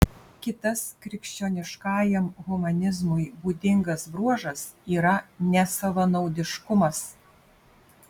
kitas krikščioniškajam humanizmui būdingas bruožas yra nesavanaudiškumas